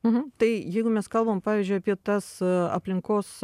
mhm tai jeigu mes kalbam pavyzdžiui apie tas aplinkos